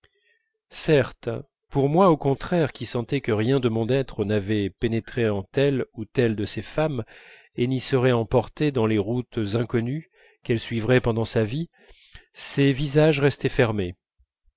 certes pour moi au contraire qui sentais que rien de mon être n'avait pénétré en telle ou telle de ces femmes et n'y serait emporté dans les routes inconnues qu'elle suivrait pendant sa vie ces visages restaient fermés